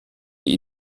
die